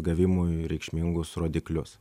gavimui reikšmingus rodiklius